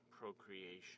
procreation